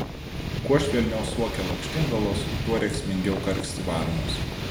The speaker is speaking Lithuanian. kuo švelniau suokia lakštingalos tuo rėksmingiau karksi varnos